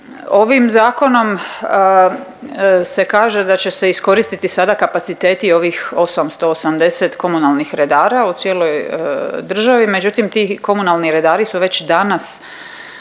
Ovim zakonom se kaže da će se iskoristiti sada kapaciteti ovih 880 komunalnih redara, u cijeloj državi, međutim, ti komunalni redari su već danas